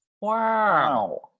Wow